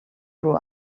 grew